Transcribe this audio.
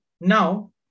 Now